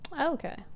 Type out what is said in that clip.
Okay